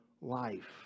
life